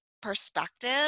perspective